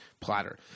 platter